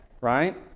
right